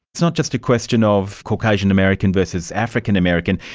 it's not just a question of caucasian american versus african american.